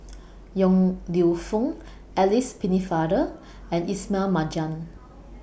Yong Lew Foong Alice Pennefather and Ismail Marjan